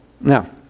Now